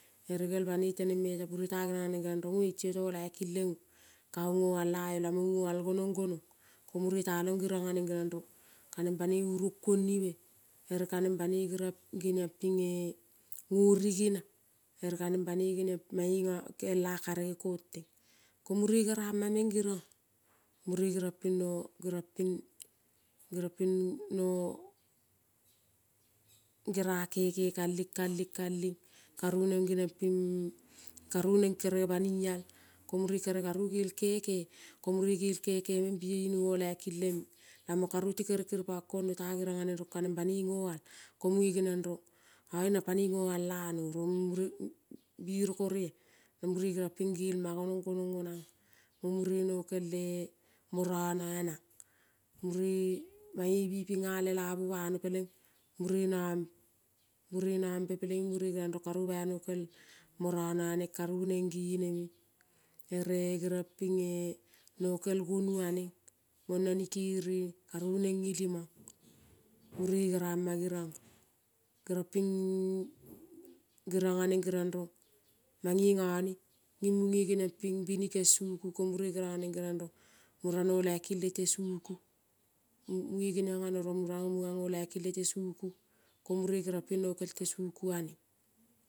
Ere gel banoi teneng me tang mure ta gerong aneng gerong rongoi ti io to laiki le ngo ka ngo ngoial laio lamang ngi ngoial gonong gonong. Ko mure talong geriong aneng genangrong kaneng banoi unrung kuonive. Ere kaneng banoi gerap geniong pinge ngo rigina. Ere kaneng banoi mange ima kela karege kong teng, ko mure gerana meng gerionga. Mure gerianag ping no gerong pin, gerong pino gera keke kaleng, kaleng, kaleng, karu neng geniongpi karu neng kere bani al ko mure kere karu gel kek ko mure gel keke meng bie ineng go leki leme lamong karu ti kere kiri pang kong no ta geriong aneng rong kaneng banoi ingoial ko mue geniong rong oe nang panoi ngoal lano rong mure biroko rea na mure geriong ping felma gonong gonong gonong onanga. Mo mure nokele morana anang, mure nambe peleing mure geong karu bai nokel morana aneng karovu neng geneme. Ere geriong pinge nokel gonu aneng mona ni kerie karou neng ngelimang. Mure gerama gerionga. geroping gerang aneng gerong rong. Mange ngane ning munge geniong ping binikel suku ko mure geriong aneng geriong rong mura no laiki lete suku. Munge geniong ano rong mura munga ngo laiki lete suku ko mure gerionpi nokelte suku aneng.